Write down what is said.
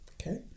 okay